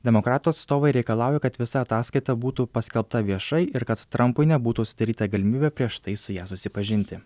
demokratų atstovai reikalauja kad visa ataskaita būtų paskelbta viešai ir kad trampui nebūtų sudaryta galimybė prieš tai su ja susipažinti